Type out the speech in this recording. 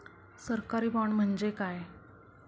सरकारी बाँड म्हणजे काय?